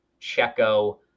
Checo